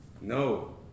no